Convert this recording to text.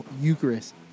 Eucharist